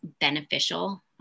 beneficial